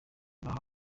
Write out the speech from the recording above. bahawe